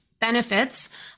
benefits